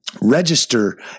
register